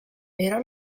però